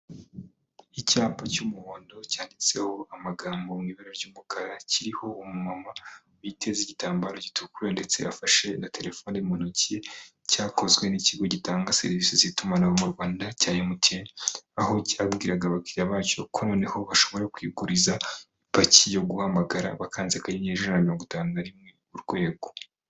Icyapa cy'umuhondo cyanditseho amagambo mu ibara ry'umukara, kiriho umumama witeze igitambaro gitukura ndetse afashe na telefoni mu ntoki, cyakozwe n'ikigo gitanga serivisi z'itumanaho mu Rwanda cya MTN. Aho cyabwiraga abakiriya bacyo ko noneho bashobora kwiguriza ipaki yo guhamagara bakanze akanyenyeri ijana na mirongo itanu na rimwe urwego.